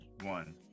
one